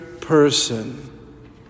person